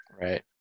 Right